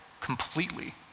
completely